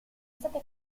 state